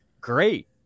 great